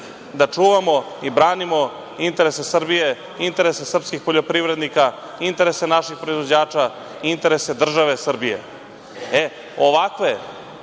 Da čuvamo i branimo interese Srbije, interese srpskih poljoprivrednika, interese naših proizvođača i interese države Srbije. E, ovakve